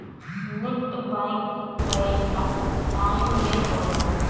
NEFT bank कअ time में होला